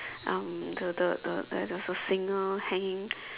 um the the the there is a singer hanging